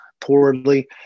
poorly